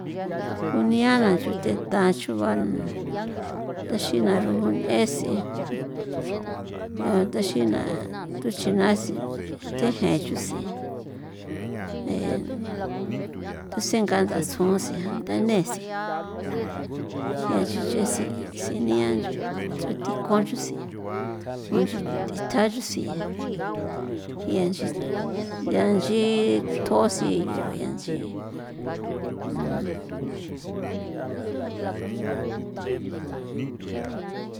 Gunia la ncho theta nchu ba taxina roen'esen taxina tuxin na sen thejen yusen en tusen ngaa ndatsjon utsjian ntanee sen enyuyesin senian ncho tso thi kuan nchusen yaa nchii thjonsi o yaa nchi yaa nchi thjusin uanchin.